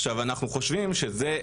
אנחנו חושבים שזה,